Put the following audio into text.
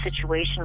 situation